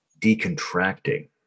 decontracting